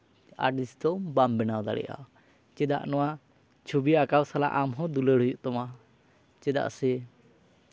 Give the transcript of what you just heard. artist ᱫᱚ ᱵᱟᱢ ᱵᱮᱱᱟᱣ ᱫᱟᱲᱮᱭᱟᱜᱼᱟ ᱪᱮᱫᱟᱜ ᱱᱚᱶᱟ ᱟᱢ ᱪᱷᱚᱵᱤ ᱟᱸᱠᱟᱣ ᱥᱟᱞᱟᱜ ᱟᱢ ᱦᱚᱸ ᱫᱩᱞᱟᱹᱲ ᱦᱩᱭᱩᱜ ᱛᱟᱢᱟ ᱪᱮᱫᱟᱜ ᱥᱮ